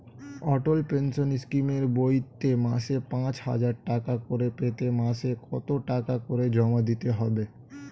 অটল pension স্কিমের বইতে মাসে পাঁচ হাজার টাকা করে পেতে মাসে কত টাকা করে জমা দিতে হবে?